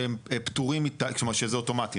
שהם פטורים, כלומר, שזה אוטומטי.